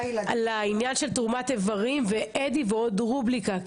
מההשוואה על העניין של תרומת איברים ואדי ועוד רובריקה.